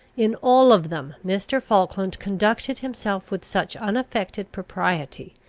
in all of them mr. falkland conducted himself with such unaffected propriety,